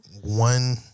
one